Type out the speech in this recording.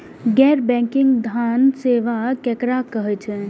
गैर बैंकिंग धान सेवा केकरा कहे छे?